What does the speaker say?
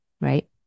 right